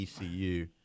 ECU